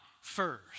first